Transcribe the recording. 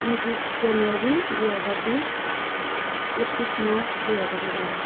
उन्तिस जनवरी दुई हजार बिस एक्तिस मार्च दुई हजार एघार